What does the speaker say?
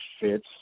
fits